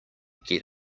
get